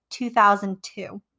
2002